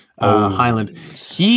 Highland